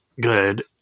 Good